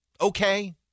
Okay